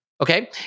Okay